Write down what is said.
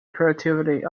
creativity